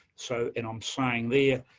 so, and i'm saying there,